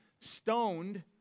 stoned